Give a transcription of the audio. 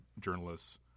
journalists